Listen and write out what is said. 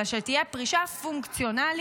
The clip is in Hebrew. אלא שתהיה פרישה פונקציונלית.